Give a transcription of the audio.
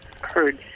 heard